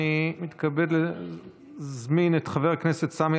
אני מתכבד להזמין את חבר הכנסת סמי